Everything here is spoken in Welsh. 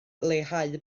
leihau